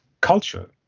culture